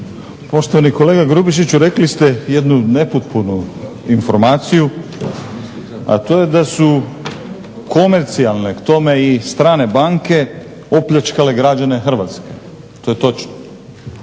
Poštovani kolega Grubišiću, rekli ste jednu nepotpunu informaciju, a to je da su komercijalne, k tome i strane banke opljačkale građane Hrvatske. To je točno.